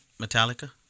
Metallica